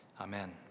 Amen